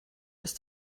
ist